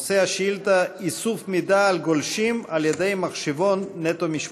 נושא השאילתה: איסוף מידע על גולשים באמצעות מחשבון "נטו משפחה".